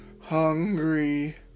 Hungry